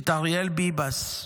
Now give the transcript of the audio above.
את אריאל ביבס,